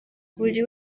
buri